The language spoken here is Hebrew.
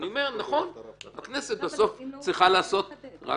אני אומר: נכון, הכנסת בסוף צריכה לעשות את